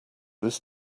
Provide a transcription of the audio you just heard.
this